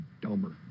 dumber